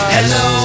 Hello